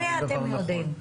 הרי אתם יודעים,